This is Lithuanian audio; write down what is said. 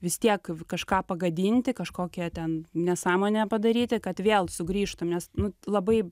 vis tiek kažką pagadinti kažkokią ten nesąmonę padaryti kad vėl sugrįžtum nes nu labai